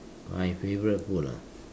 my favourite food ah